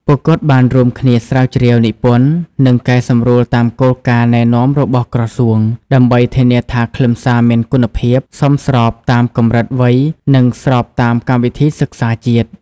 ពួកគាត់បានរួមគ្នាស្រាវជ្រាវ និពន្ធ និងកែសម្រួលតាមគោលការណ៍ណែនាំរបស់ក្រសួង ដើម្បីធានាថាខ្លឹមសារមានគុណភាព សមស្របតាមកម្រិតវ័យ និងស្របតាមកម្មវិធីសិក្សាជាតិ។